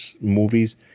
movies